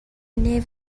nave